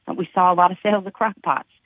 and we saw a lot of sales the crock-pots.